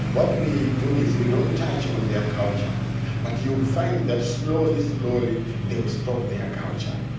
what we do is we don't touch on their culture but you'll find that slowly, slowly they will stop their culture,